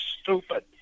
stupid